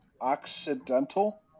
Occidental